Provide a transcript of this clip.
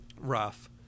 Rough